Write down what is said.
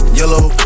yellow